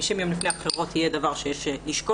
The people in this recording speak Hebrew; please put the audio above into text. מתי שתיתן לי.